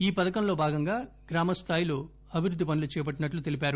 ఈ పథకంలో భాగంగా గ్రామ స్దాయిలో అభివృద్ది పనులు చేపట్టినట్లు చెప్పారు